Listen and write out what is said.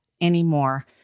anymore